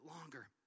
longer